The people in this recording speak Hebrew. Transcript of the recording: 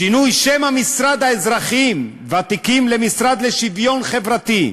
שינוי שם המשרד לאזרחים ותיקים למשרד לשוויון חברתי,